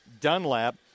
Dunlap